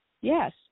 yes